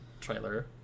trailer